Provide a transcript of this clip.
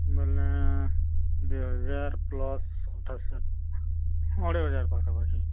ବୋଲେ ଦୁଇ ହଜାର ପ୍ଲସ୍ ଅଠାଅଶୀ ଅଢ଼େଇ ହଜାର ପାଖାପାଖି